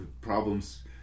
problems